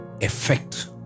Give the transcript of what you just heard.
effect